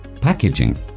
Packaging